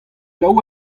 dav